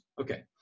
Okay